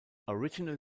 original